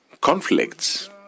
conflicts